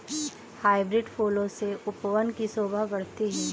hybrid फूलों से उपवन की शोभा बढ़ती है